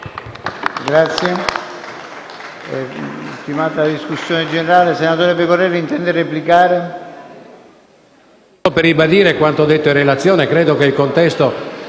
Grazie